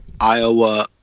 Iowa